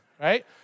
right